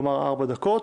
כלומר ארבע דקות.